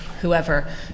Whoever